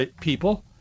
people